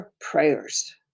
prayers